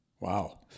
Wow